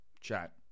chat